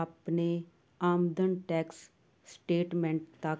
ਆਪਣੇ ਆਮਦਨ tax statement ਤੱਕ